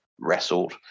wrestled